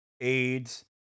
AIDS